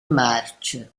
marce